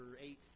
eight